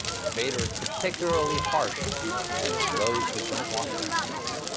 and vader is particularly harsh on those who don't wash their hands